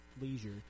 leisure